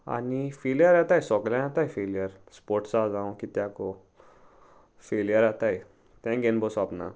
आनी फेलियर येताय सोगलें येताय फेलियर स्पोर्ट्सा जावं कित्याक फेलियर येताय तें घेवन बसप ना